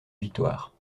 victoire